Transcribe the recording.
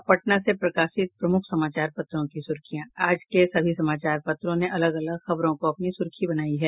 अब पटना से प्रकाशित प्रमुख समाचार पत्रों की सुर्खियां आज के सभी समाचारों पत्रों ने अलग अलग खबरों को अपनी प्रमुख सुर्खी बनायी है